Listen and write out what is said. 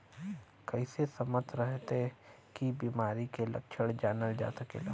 कइसे समय रहते फसल में बिमारी के लक्षण जानल जा सकेला?